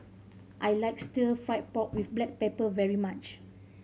I like Stir Fried Pork With Black Pepper very much